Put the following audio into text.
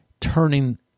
turning